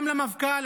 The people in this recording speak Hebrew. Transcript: גם למפכ"ל,